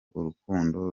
urukundo